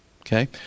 Okay